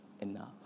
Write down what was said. enough